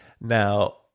Now